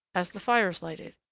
as the fire's lighted.